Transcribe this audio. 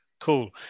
Cool